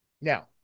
Now